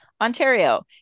Ontario